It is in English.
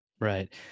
right